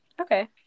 okay